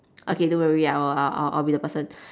okay don't worry I will I'll I'll be the person